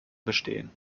bestehen